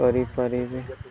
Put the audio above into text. କରିପାରିବେ